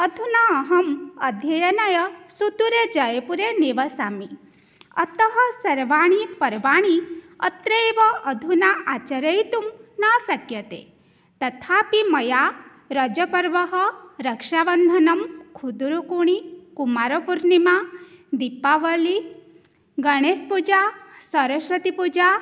अधुना अहम् अध्ययनाय सुदूरे जैपुरे निवसामि अतः सर्वाणि पर्वाणि अत्रैव अधुना आचरयितुं न शक्यते तथापि मया रजपर्व रक्षावन्धनं खुद्रुकूणि कुमारपूर्णिमा दीपावलिः गणेशपूजा सरस्वतीपूजा